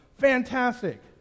Fantastic